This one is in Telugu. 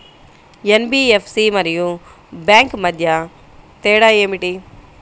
ఎన్.బీ.ఎఫ్.సి మరియు బ్యాంక్ మధ్య తేడా ఏమిటి?